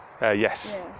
yes